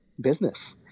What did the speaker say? business